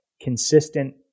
consistent